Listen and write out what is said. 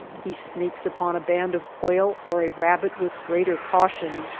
he sneaks upon a band of quail or a rabbit with greater caution,